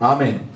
Amen